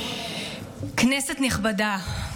כנסת נכבדה,